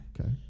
Okay